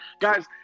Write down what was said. Guys